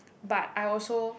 but I also